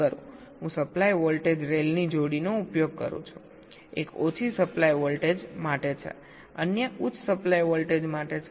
હું supply voltage rail ની જોડીનો ઉપયોગ કરું છુંએક ઓછી સપ્લાય વોલ્ટેજ માટે છે અન્ય ઉચ્ચ સપ્લાય વોલ્ટેજ માટે છે